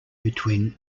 between